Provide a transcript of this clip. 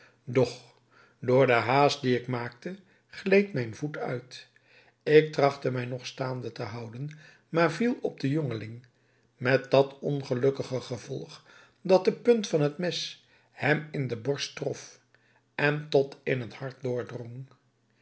doch door den haast dien ik maakte gleed mijn voet uit ik trachtte mij nog staande te houden maar viel op den jongeling met dat ongelukkige gevolg dat de punt van het mes hem in de borst trof en tot in het hart